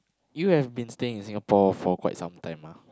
you have been staying in Singapore for quite some time ah